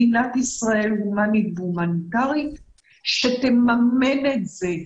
מדינת ישראל הומנית והומניטרית שתממן את זה.